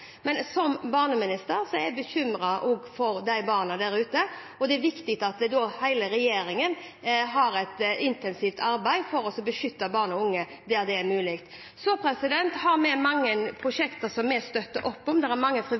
Men som barneminister er jeg også bekymret for barna der ute, og det er viktig at hele regjeringen har et intensivt arbeid for å beskytte barn og unge der det er mulig. Vi har mange prosjekter som vi støtter opp om: Det er mange